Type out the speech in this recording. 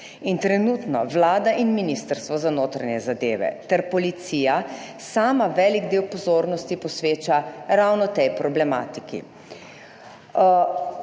in trenutno Vlada in Ministrstvo za notranje zadeve ter policija sama velik del pozornosti posveča ravno tej problematiki